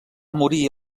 morir